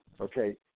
okay